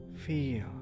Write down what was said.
feel